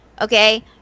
Okay